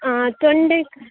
ಹಾಂ ತೊಂಡೆ ಕ